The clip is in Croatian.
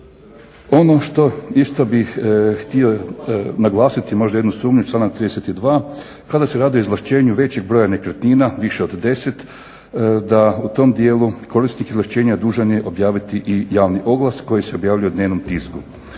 Ono što isto bih htio naglasiti, možda jednu sumnju, članak 32., kada se radi o izvlaštenju većeg broja nekretnina, više od 10, da u tom dijelu korisnik izvlaštenja dužan je objaviti i javni oglas koji se objavljuje u dnevnom tisku.